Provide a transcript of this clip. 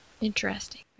Interesting